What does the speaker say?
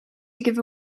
give